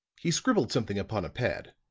he scribbled something upon a pad,